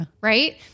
Right